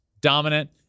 dominant